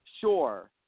sure